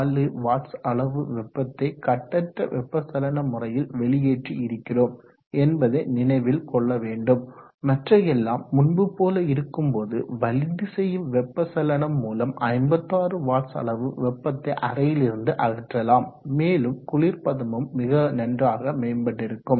4 watts அளவு வெப்பத்தை கட்டற்ற வெப்ப சலன முறையில் வெளியேற்றி இருக்கிறோம் என்பதை நினைவில் கொள்ள வேண்டும் மற்ற எல்லாம் முன்பு போல் இருக்கும் போது வலிந்து செய்யும் வெப்ப சலனம் மூலம் 56 வாட்ஸ் அளவு வெப்பத்தை அறையிலிருந்து அகற்றலாம் மேலும் குளிர்பதனமும் மிக நன்றாக மேம்பட்டிருக்கும்